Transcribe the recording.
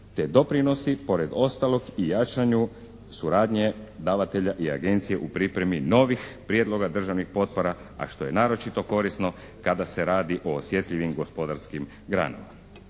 te doprinosi pored ostalog i jačanju suradnje davatelja i Agencije u pripremi novih prijedloga državnih potpora, a što je naročito korisno kada se radi o osjetljivim gospodarskim granama.